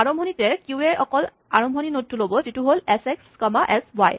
আৰম্ভণিতে কিউৱে অকল আৰম্ভণি নডটো ল'ব যিটো হ'ল S X comma S Y